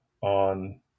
on